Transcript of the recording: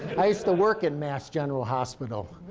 i used to work in mass general hospital.